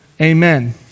Amen